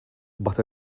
but